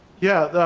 yeah,